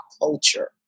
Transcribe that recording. culture